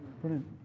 Brilliant